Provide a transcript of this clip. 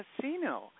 casino